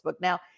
Now